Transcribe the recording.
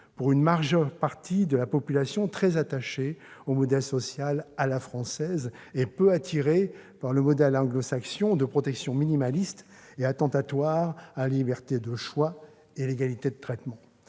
par une majeure partie de la population, très attachée au modèle social « à la française » et peu attirée par le modèle anglo-saxon de protection minimaliste et attentatoire à la liberté de choix et l'égalité de traitement.